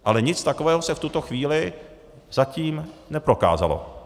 Ale nic takového se v tuto chvíli zatím neprokázalo.